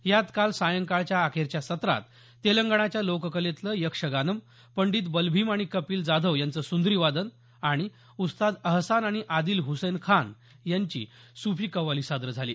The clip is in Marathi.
यात काल सायंकाळच्या अखेरच्या सत्रात तेलंगणाच्या लोककलेतलं यक्षगानम् पंडीत बलभीम आणि कपिल जाधव यांचं सुंद्री वादन आणि उस्ताद अहसान आणि आदिल हुसैन खान यांनी सुफी कव्वाली सादर केली